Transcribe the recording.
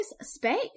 Space